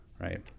right